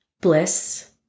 bliss